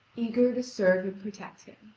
eager to serve and protect him.